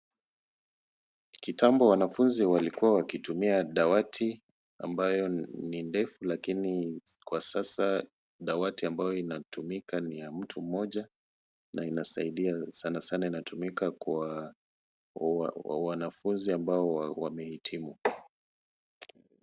Kitambo wanafunzi walikuwa wakitumia dawati ambayo ni refu lakini kwa sasa dawati ambayo inatumika ni ya mtu mmoja na inasaidia sana sana, inatumika kwa wanafunzi ambao wamehitimu.